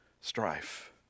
strife